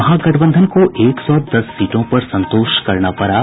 महागठबंधन को एक सौ दस सीटों पर संतोष करना पड़ा